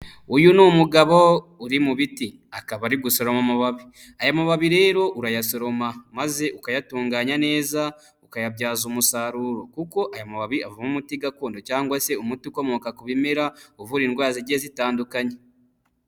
Uyu ni umugabo uri mu biti, akaba ari gusoroma amababi. Aya mababi rero urayasoroma maze ukayatunganya neza, ukayabyaza umusaruro kuko aya mababi avumo umuti gakondo cyangwa se umuti ukomoka ku bimera, uvura indwara zigiye zitandukanye.